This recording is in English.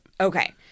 Okay